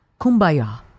Kumbaya